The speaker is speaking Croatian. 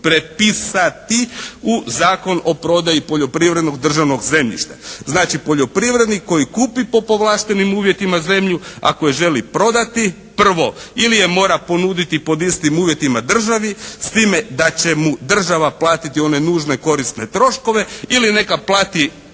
u Zakon o prodaji poljoprivrednog državnog zemljišta. Znači, poljoprivrednik koji kupi po povlaštenim uvjetima zemlju ako je želi prodati prvo ili je mora ponuditi pod istim uvjetima državi s time da će mu država platiti one nužne, korisne troškove ili neka plati